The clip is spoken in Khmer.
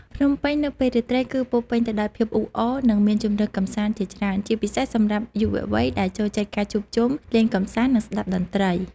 ភ្នំពេញនៅពេលរាត្រីគឺពោរពេញទៅដោយភាពអ៊ូអរ និងមានជម្រើសកម្សាន្តជាច្រើន ជាពិសេសសម្រាប់យុវវ័យដែលចូលចិត្តការជួបជុំ លេងកម្សាន្ត និងស្តាប់តន្ត្រី។